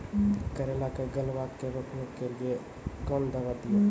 करेला के गलवा के रोकने के लिए ली कौन दवा दिया?